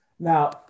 Now